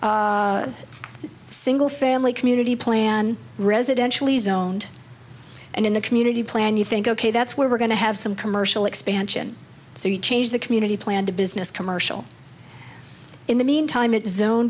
a single family community plan residentially zoned and in the community plan you think ok that's where we're going to have some commercial expansion so you change the community plan to business commercial in the meantime it